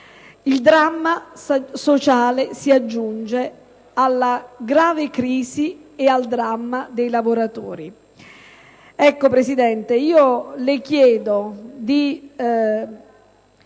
Il dramma sociale si aggiunge dunque alla grave crisi e al dramma dei lavoratori.